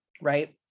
right